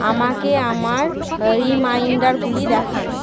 আমাকে আমার রিমাইন্ডারগুলি দেখান